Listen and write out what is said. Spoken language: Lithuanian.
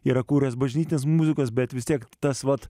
yra kūręs bažnytinės muzikos bet vis tiek tas vat